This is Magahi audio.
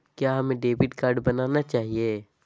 क्या हमें डेबिट कार्ड बनाना चाहिए?